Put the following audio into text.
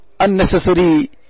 Unnecessary